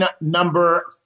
number